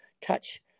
touch